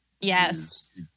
yes